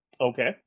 Okay